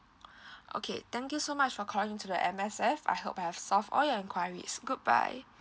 okay thank you so much for calling to the M_S_F I hope I have solved all your enquiries goodbye